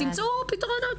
תמצאו פתרונות.